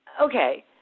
Okay